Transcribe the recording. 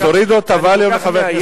אז תורידו את הווליום לחבר הכנסת,